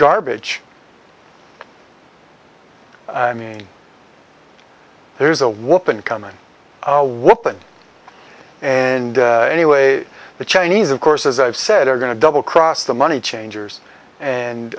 garbage i mean there's a woman coming what can and anyway the chinese of course as i've said are going to double cross the money changers and